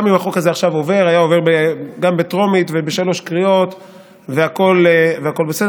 גם אם החוק הזה עכשיו היה עובר בטרומית ובשלוש קריאות והכול בסדר,